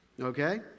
okay